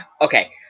Okay